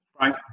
Right